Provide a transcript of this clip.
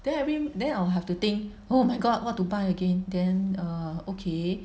then I think then I'll have to think oh my god what to buy again then err okay